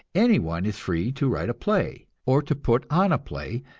anyone is free to write a play, or to put on a play,